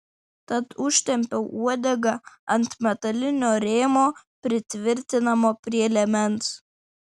tad užtempiau uodegą ant metalinio rėmo pritvirtinamo prie liemens